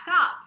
up